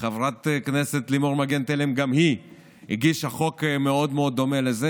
חברת הכנסת לימור מגן תלם גם היא הגישה חוק מאוד מאוד דומה לזה.